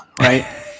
right